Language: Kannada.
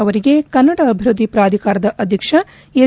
ಅವರಿಗೆ ಕನ್ನಡ ಅಭಿವೃದ್ಧಿ ಪ್ರಧಾಕಾರದ ಅಧ್ಯಕ್ಷ ಎಸ್